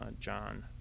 John